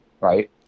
right